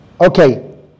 Okay